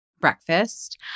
breakfast